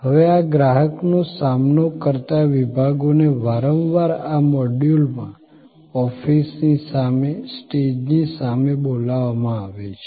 હવે આ ગ્રાહકનો સામનો કરતા વિભાગોને વારંવાર આ મોડ્યુલમાં ઓફિસની સામે સ્ટેજની સામે બોલાવવામાં આવે છે